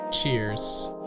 Cheers